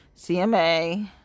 CMA